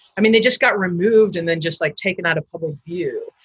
i mean, they just got removed and then just like taken out of public view.